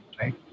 right